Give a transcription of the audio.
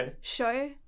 show